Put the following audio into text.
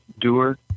Doer